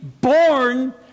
born